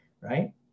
right